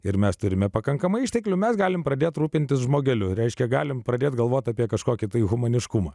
ir mes turime pakankamai išteklių mes galime pradėti rūpintis žmogeliu reiškia galime pradėti galvoti apie kažkokį tai humaniškumą